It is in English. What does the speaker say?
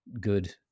good